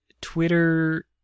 Twitter